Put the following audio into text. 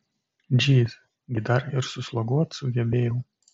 džyz gi dar ir susloguot sugebėjau